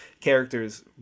characters